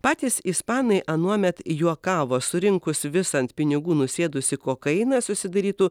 patys ispanai anuomet juokavo surinkus visą ant pinigų nusėdusį kokainą susidarytų